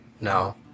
No